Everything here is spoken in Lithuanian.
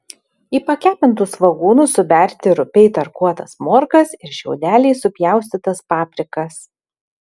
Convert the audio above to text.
į pakepintus svogūnus suberti rupiai tarkuotas morkas ir šiaudeliais supjaustytas paprikas